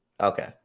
Okay